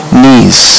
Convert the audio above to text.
knees